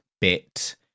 bit